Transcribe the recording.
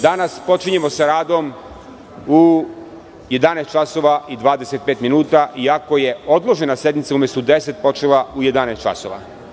Danas počinjemo sa radom u 11.25 minuta iako je odložena sednica umesto u 10.00 časova počela u 11.00 časova.